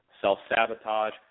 self-sabotage